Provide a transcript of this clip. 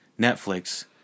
Netflix